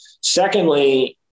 Secondly